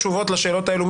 תשובות לשאלות האלה.